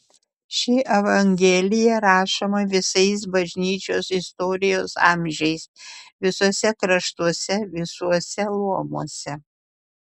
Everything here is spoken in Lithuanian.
ši evangelija rašoma visais bažnyčios istorijos amžiais visuose kraštuose visuose luomuose